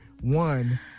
One